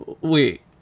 Wait